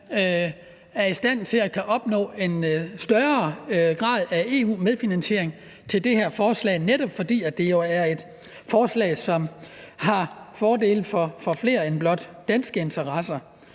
er i stand til at kunne opnå en større grad af EU-medfinansiering til det her forslag, netop fordi det jo er et forslag, som har fordele for flere end blot Danmark i forhold